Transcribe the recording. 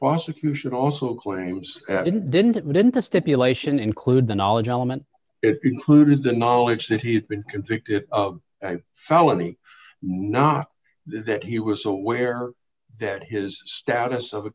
prosecution also claims and didn't then the stipulation include the knowledge element it includes the knowledge that he's been convicted of felony not that he was aware that his status of a